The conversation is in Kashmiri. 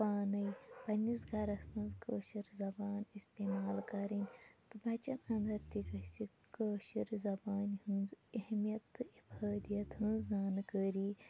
پانَے پنٛنِس گَرَس منٛز کٲشٕر زبان اِستعمال کَرٕنۍ تہٕ بَچَن اَنٛدَر تہِ گژھِ کٲشٕر زبانہِ ہٕنٛز اہمیت تہٕ اِفٲدِیت ہٕنٛز زانکٲری